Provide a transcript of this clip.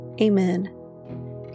Amen